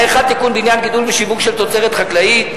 האחד, תיקון בעניין גידול ושיווק של תוצרת חקלאית.